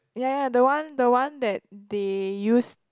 yeah the one the one that they use